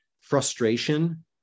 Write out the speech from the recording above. frustration